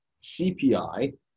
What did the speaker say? CPI